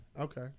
Okay